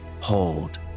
Hold